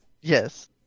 Yes